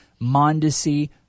Mondesi